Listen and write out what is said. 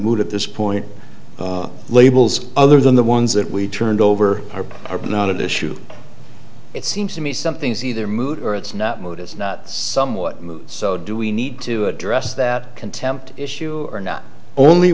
moot at this point labels other than the ones that we turned over or not issue it seems to me something's either mood or it's not mode it's not somewhat so do we need to address that contempt issue or not only